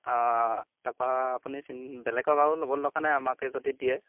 অঁ তাৰপৰা আপুনি বেলেগক আৰু ল'বলৈ দৰকাৰ নাই আমাকে যদি দিয়ে